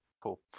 cool